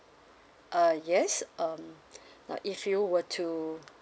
uh yes um uh if you were to